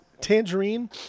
tangerine